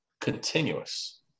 continuous